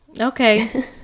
okay